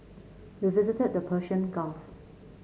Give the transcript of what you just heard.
we visited the Persian Gulf